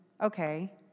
Okay